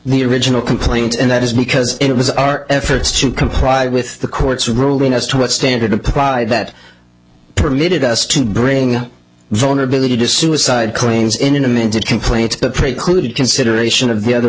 the original complaint and that is because it was our efforts to comply with the court's ruling as to what standard applied that permitted us to bring vulnerability to suicide claims in an amended complaint that precluded consideration of the other